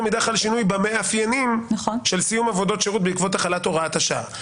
מידה חל שינוי במאפיינים של סיום עבודות שירות בעקבות החלת הוראת השעה.